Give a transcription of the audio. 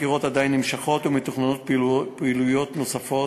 החקירות עדיין נמשכות ומתוכננות פעילויות נוספות.